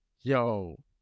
yo